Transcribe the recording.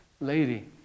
Lady